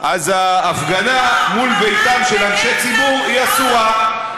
אז ההפגנה מול ביתם של אנשי ציבור היא אסורה.